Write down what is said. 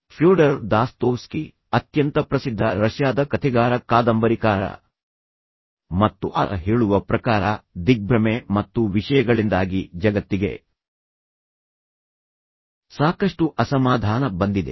Fyodor Dostoevsky ಅತ್ಯಂತ ಪ್ರಸಿದ್ಧ ರಷ್ಯಾದ ಕಥೆಗಾರ ಕಾದಂಬರಿಕಾರ ಮತ್ತುಆತ ಹೇಳುವ ಪ್ರಕಾರ ದಿಗ್ಭ್ರಮೆ ಮತ್ತು ವಿಷಯಗಳಿಂದಾಗಿ ಜಗತ್ತಿಗೆ ಸಾಕಷ್ಟು ಅಸಮಾಧಾನ ಬಂದಿದೆ